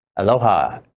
Aloha